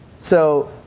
so,